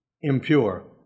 impure